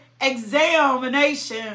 examination